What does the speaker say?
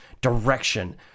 Direction